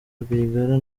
rwigara